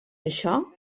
això